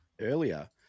earlier